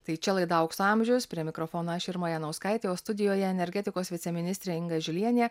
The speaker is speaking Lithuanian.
tai čia laida aukso amžiaus prie mikrofono aš irma janauskaitė o studijoje energetikos viceministrė inga žilienė